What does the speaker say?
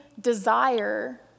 desire